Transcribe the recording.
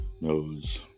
knows